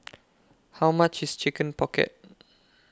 How much IS Chicken Pocket